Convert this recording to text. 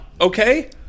okay